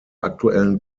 aktuellen